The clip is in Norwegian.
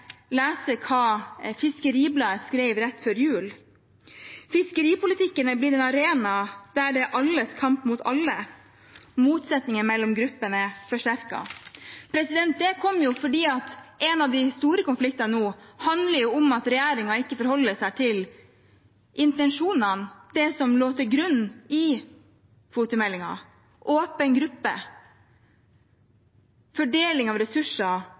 lese opp hva Fiskeribladet skrev rett før jul: Fiskeripolitikken har blitt en arena der det er alles kamp mot alle. Motsetningene mellom gruppene er forsterket. Det skjer fordi en av de store konfliktene nå handler om at regjeringen ikke forholder seg til intensjonene, det som lå til grunn i kvotemeldingen – åpen gruppe og fordeling av ressurser.